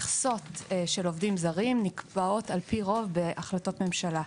מכסות של עובדים זרים נקבעות על פי רוב בהחלטות ממשלה,